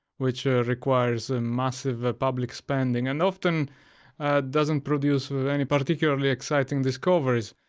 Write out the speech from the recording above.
which requires massive ah public spending and often doesn't produce any particularly exciting discoveries.